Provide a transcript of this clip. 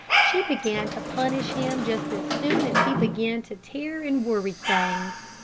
she began to punish him just as soon as he began to tear and worry things.